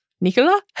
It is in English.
Nicola